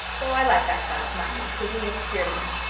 though i like that child, mind you, because he ain't skeered of me.